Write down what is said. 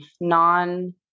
non